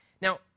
Now